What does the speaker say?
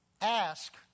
Ask